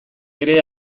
ere